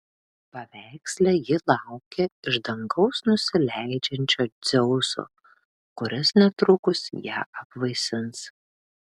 paveiksle ji laukia iš dangaus nusileidžiančio dzeuso kuris netrukus ją apvaisins